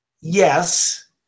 yes